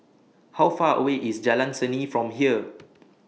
How Far away IS Jalan Seni from here